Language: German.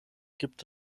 gibt